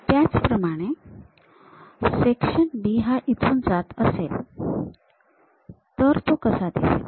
त्याचप्रमाणे section B हा इथून असा जात असेल तर तो कसा दिसेल